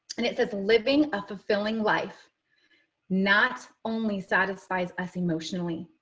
and it says, living a fulfilling life not only satisfies us emotionally,